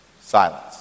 silence